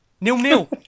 Nil-nil